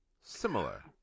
similar